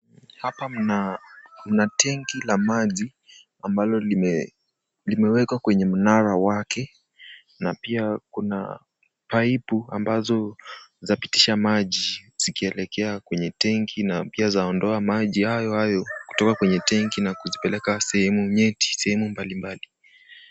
Hapa mna tenki la maji ambalo limewekwa kwenye mnara wake na pia kuna paipu ambazo zinapitisha maji, zikielekea kwenye tenki na pia zinapeleka maji hayo hayo kutoka kwenye tenki kupeleka sehemu nueti, sehemu mbalimbali.